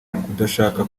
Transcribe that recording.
kudashaka